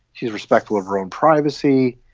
she's respectful of her own privacy.